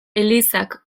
elizak